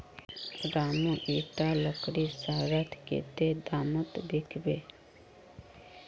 रामू इटा लकड़ी शहरत कत्ते दामोत बिकबे